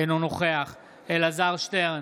אינו נוכח אלעזר שטרן,